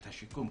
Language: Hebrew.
את השיקום,